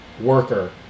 worker